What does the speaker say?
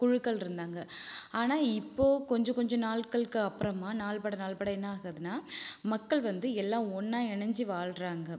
குழுக்கள் இருந்தாங்க ஆனால் இப்போ கொஞ்ச கொஞ்ச நாள்களுக்கு அப்புறமா நாள்பட நாள்பட என்ன ஆகுதுன்னா மக்கள் வந்து எல்லாம் ஒன்னாக இணஞ்சு வாழ்றாங்க